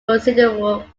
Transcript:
considerable